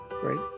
Great